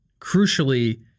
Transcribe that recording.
crucially